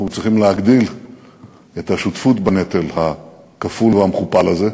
צריכים להגדיל את השותפות בנטל הכפול והמכופל הזה.